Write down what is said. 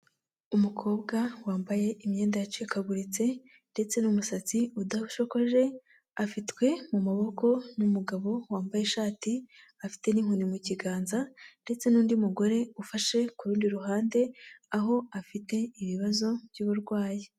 Umukobwa wambaye imyenda yacikaguritse ndetse n'umusatsi udashokoje afitwe mu maboko n'umugabo wambaye ishati afite n'inkoni mu kiganza ndetse n'undi mugore ufashe ku rundi ruhande aho afite ibibazo by'uburwayi.